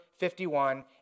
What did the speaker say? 51